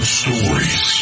stories